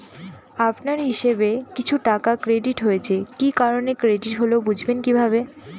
আপনার হিসাব এ কিছু টাকা ক্রেডিট হয়েছে কি কারণে ক্রেডিট হল বুঝবেন কিভাবে?